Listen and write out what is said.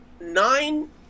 nine